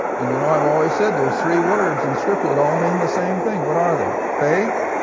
and you know ive always said there are three words in scripture that all mean the same thing. what are they? faith,